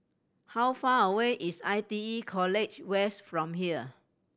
how far away is I T E College West from here